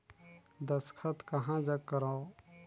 दस्खत कहा जग करो?